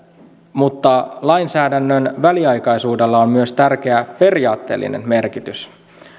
mutta lainsäädännön väliaikaisuudella on myös tärkeä periaatteellinen merkitys